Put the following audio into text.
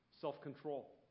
self-control